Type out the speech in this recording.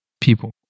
people